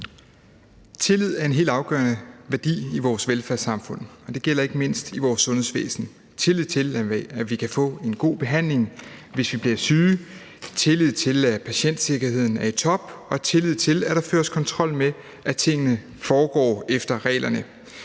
Tillid er en helt afgørende værdi i vores velfærdssamfund, og det gælder ikke mindst i vores sundhedsvæsen – tillid til, at vi kan få en god behandling, hvis vi bliver syge, tillid til, at patientsikkerheden er i top, og tillid til, at der føres kontrol med, at tingene foregår efter reglerne.